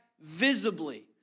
visibly